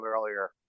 earlier